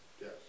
Yes